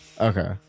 Okay